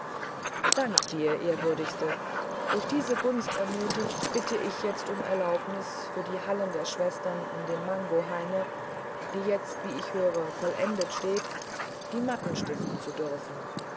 dank dir ehrwürdigste durch diese gunst ermutigt bitte ich jetzt um erlaubnis für die halle der schwestern in dem mango haine die jetzt wie ich höre vollendet steht die matten stiften zu dürfen